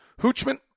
Hoochman